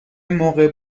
موقع